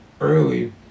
early